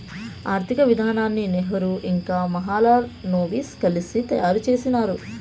ఆర్థిక విధానాన్ని నెహ్రూ ఇంకా మహాలనోబిస్ కలిసి తయారు చేసినారు